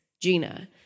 Gina